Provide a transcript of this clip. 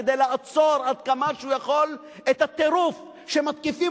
כדי לעצור עד כמה שהוא יכול את הטירוף כשמתקיפים